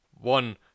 one